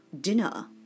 Dinner